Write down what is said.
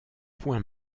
point